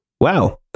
wow